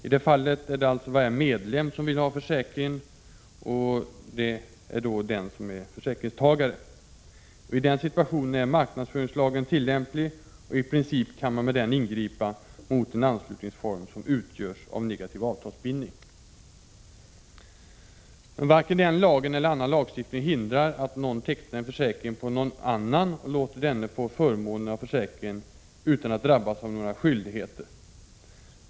I det fallet är det alltså en medlem som vill ha försäkringen, och han är då försäkringstagare. I den situationen är marknadsföringslagen tillämplig, och i princip kan man med stöd av den ingripa mot en anslutningsform som utgörs av negativ avtalsbindning. Men varken den lagen eller annan lagstiftning hindrar att någon tecknaren = Prot. 1986/87:53 försäkring på annan person och låter denne få förmånen av försäkringen utan — 13 januari 1987 att drabbas av några skyldigheter.